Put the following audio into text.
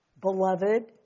beloved